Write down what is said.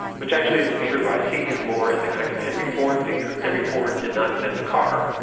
which actually isn't true. i see him more as a kind of henry ford figure. henry ford did not invent the car,